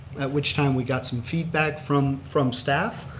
at which time we got some feedback from from staff,